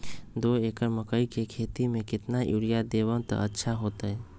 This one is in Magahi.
दो एकड़ मकई के खेती म केतना यूरिया देब त अच्छा होतई?